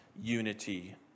unity